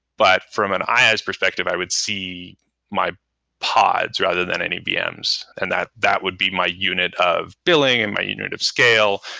but from an iaas has perspective, i would see my pods rather than any vms, and that that would be my unit of billing and my unit of scale.